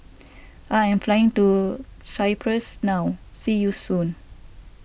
I am flying to Cyprus now see you soon